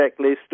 checklist